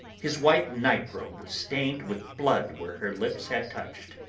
his white night-robe was stained with blood where her lips had touched,